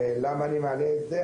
למה אני מעלה את זה?